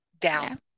down